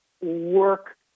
work